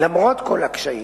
3. למרות כל הקשיים,